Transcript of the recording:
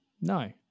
No